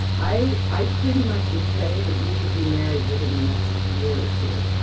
i i pretty much would say that you could be married within the next year or two